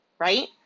Right